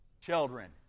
children